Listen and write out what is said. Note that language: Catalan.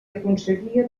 aconseguia